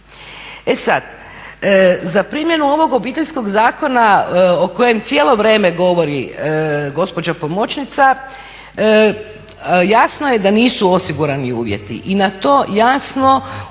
E sad, za primjenu ovog Obiteljskog zakona o kojem cijelo vrijeme govori gospođa pomoćnica jasno je da nisu osigurani uvjeti. I na to jasno